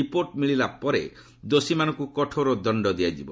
report ମିଳିଲା ପରେ ଦୋଷୀମାନଙ୍କୁ କଠୋର ଦଶ୍ଚ ଦିଆଯିବ